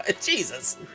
Jesus